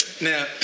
Now